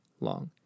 long